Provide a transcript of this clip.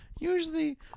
Usually